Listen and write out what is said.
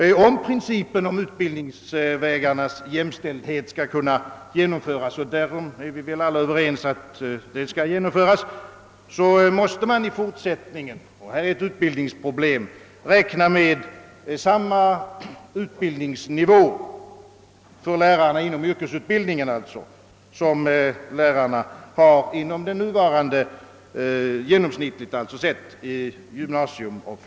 Såvida principen om utbildningsvägarnas jämställdhet skall kunna genomföras — och det är vi väl alla överens om att den skall —, måste man i fortsättningen räkna med samma utbildningsnivå för lärare inom yrkesutbildningen som lärarna genomsnittligen har inom nuvarande fackskola och gymnasium. Detta är alltså ett lärarutbildningsproblem.